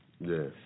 Yes